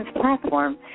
platform